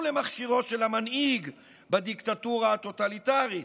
למכשירו של המנהיג בדיקטטורה הטוטליטרית.